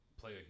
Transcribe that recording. play